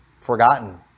forgotten